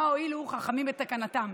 מה הועילו חכמים בתקנתם?